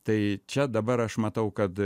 tai čia dabar aš matau kad